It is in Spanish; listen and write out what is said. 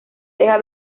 deja